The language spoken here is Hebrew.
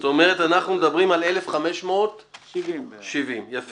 זאת אומרת שאנחנו מדברים על 1,570. יפה.